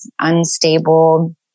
unstable